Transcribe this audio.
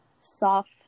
soft